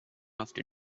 after